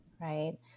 Right